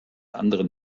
anderen